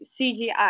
CGI